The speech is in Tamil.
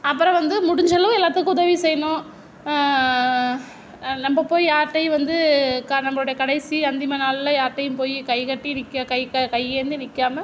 அப்புறம் வந்து முடிஞ்ச அளவு எல்லாத்துக்கும் உதவி செய்யணும் நம்ம போய் யாருகிட்டயும் வந்து நம்மளுடைய கடைசி அந்திம நாளில் யார்கிட்டையும் போய் கைகட்டி கை ஏந்தி நிற்காம